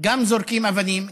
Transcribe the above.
זורקים אבנים,